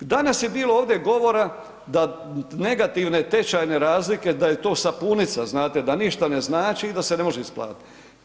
Danas je bilo ovdje govora da negativne tečajne razlike, da je to sa punica, znate, da ništa ne znači i da se ne može isplatiti.